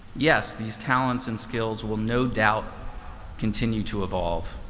yes, these talents and skills will no doubt continue to evolve.